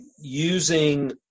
using